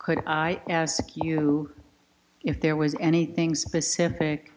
could i ask you if there was anything specific